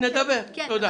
אוקיי, נדבר, תודה.